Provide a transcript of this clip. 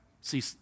See